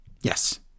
Yes